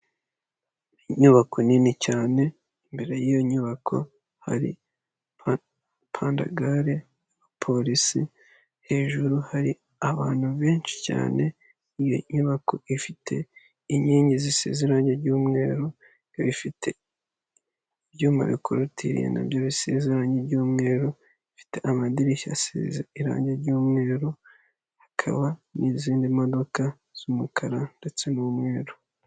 Inyubako nini cyane imbere y'iyo nyubako hari pandagare, polisi hejuru hari abantu benshi cyane, iyo nyubako ifite inkingi zisize irangi ry'umweru, ifite ibyuma bikorotiriye nabyo bisize irange ry'umweru bifite amadirishya asize irangi ry'umweru, hakaba n'izindi modoka z'umukara ndetse n'umweru.